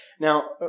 Now